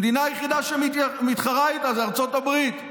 המדינה היחידה שמתחרה בה זו ארצות הברית.